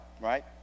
right